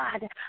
God